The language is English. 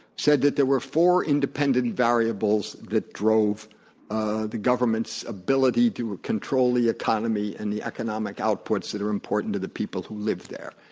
said that there were four independent variables that drove ah the government's ability to control the economy and the economic outputs that are important to the people who live there.